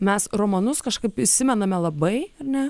mes romanus kažkaip įsimename labai ar ne